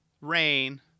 rain